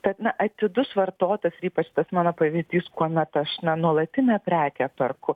tad na atidus vartotojas ir ypač tas mano pavyzdys kuomet aš na nuolatinę prekę perku